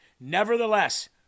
Nevertheless